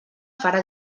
farà